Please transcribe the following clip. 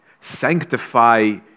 Sanctify